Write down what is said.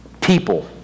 people